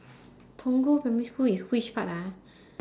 punggol primary school is which part ah